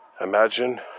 Imagine